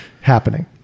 happening